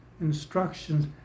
instructions